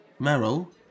Meryl